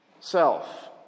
self